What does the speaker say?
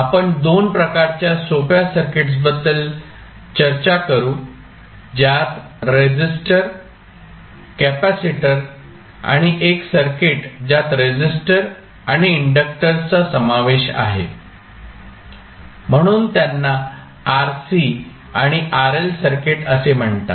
आपण दोन प्रकारच्या सोप्या सर्किट्स बद्दल चर्चा करू ज्यात रेसिस्टर कॅपेसिटर आणि एक सर्किट ज्यात रेसिस्टर आणि इंडक्टर्सचा समावेश आहे म्हणून त्यांना RC आणि RL सर्किट असे म्हणतात